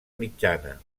mitjana